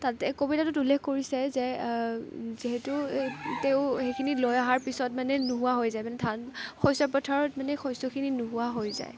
তাতে কবিতাটোত উল্লেখ কৰিছে যে যিহেতু তেওঁ সেইখিনি লৈ অহাৰ পিছত মানে নোহোৱা হৈ যায় মানে ধান শস্য পথাৰত মানে শস্যখিনি নোহোৱা হৈ যায়